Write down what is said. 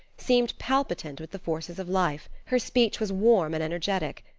seemed palpitant with the forces of life. her speech was warm and energetic.